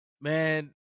man